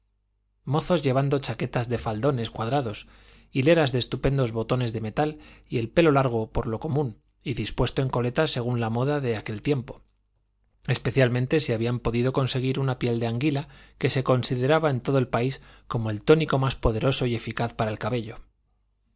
mozos llevando chaquetas de faldones cuadrados hileras de estupendos botones de metal y el pelo largo por lo común y dispuesto en coleta según la moda de aquel tiempo especialmente si habían podido conseguir una piel de anguila que se consideraba en todo el país como el tónico más poderoso y eficaz para el cabello